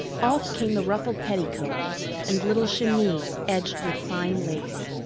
off came the ruffled petticoat and little chemise edged with fine lace.